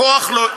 כוח לא,